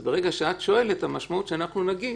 אז ברגע שאת שואלת המשמעות היא שאנחנו נגיד,